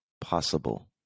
possible